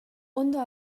ondo